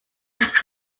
uns